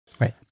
Right